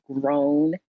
grown